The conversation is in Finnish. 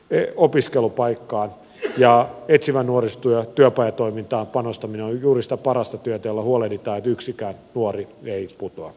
etsivään nuorisotyöhön ja työpajatoimintaan panostaminen on juuri sitä parasta työtä jolla huolehditaan että yksikään nuori ei putoa